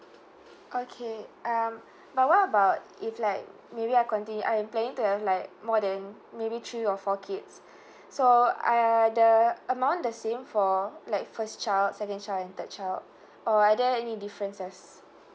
okay um but what about if like maybe I continue I'm planning to have like more than maybe three or four kids so are uh the amount the same for like first child second child and third child or are there any differences